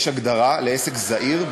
יש הגדרה לעסק זעיר,